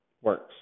works